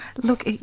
Look